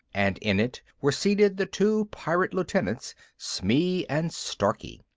and in it were seated the two pirate lieutenants, smee and starkey.